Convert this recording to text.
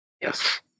yes